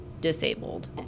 disabled